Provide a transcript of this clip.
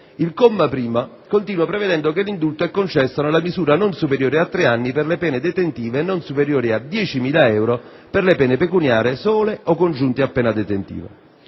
Il primo comma continua prevedendo che l'indulto è concesso nella misura non superiore a tre anni per le pene detentive, e non superiore a 10.000 euro per le pene pecuniarie sole o congiunte a pena detentiva.